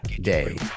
Day